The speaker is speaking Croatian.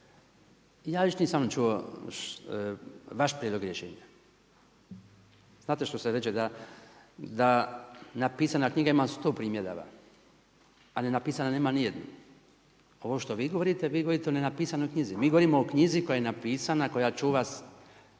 ja još nisam čuo vaš prijedlog rješenja. Znate što se reče da napisana knjiga ima sto primjedaba, a nenapisana nema ni jednu. Ovo što vi govorite, vi govorite o nenapisanoj knjizi. Mi govorimo o knjizi koja je napisana, koja čuva